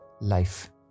life